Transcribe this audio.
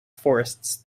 forests